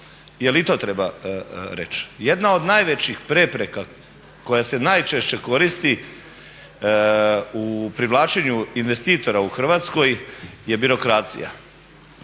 jer i to treba reći. Jedna od najvećih prepreka koja se najčešće koristi u privlačenju investitora u Hrvatskoj je birokracija